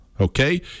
okay